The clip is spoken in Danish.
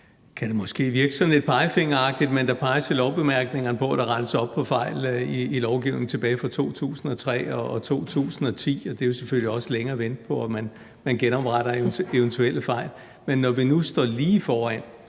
kan det måske virke sådan lidt pegefingeragtigt, men der peges i lovbemærkningerne på, at der rettes op på fejl i lovgivningen tilbage fra 2003 og 2010, og det er jo selvfølgelig også længe at vente på, at man retter op på eventuelle fejl. Men når vi nu står lige foran